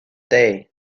day